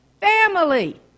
family